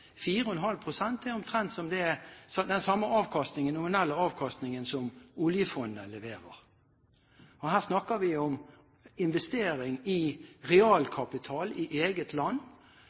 4,5 pst. er omtrent den samme nominelle avkastningen som Oljefondet leverer. Og her snakker vi om investering i realkapital i eget land,